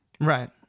Right